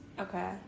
Okay